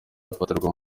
afatirwa